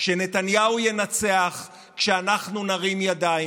שנתניהו ינצח כשאנחנו נרים ידיים,